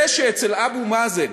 זה שאצל אבו מאזן